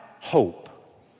hope